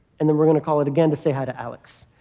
and then we're going to call it again to say hi to alex.